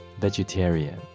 vegetarian